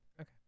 Okay